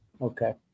Okay